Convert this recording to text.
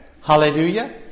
Hallelujah